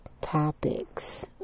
topics